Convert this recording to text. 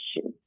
issue